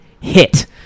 hit